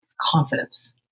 confidence